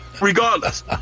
Regardless